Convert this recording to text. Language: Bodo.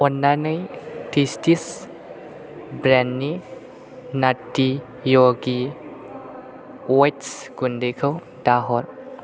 अननानै टेस्टिस ब्रेन्डनि नात्ति य'गि अट्स गुन्दैखौ दाहर